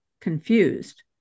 confused